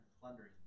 plundering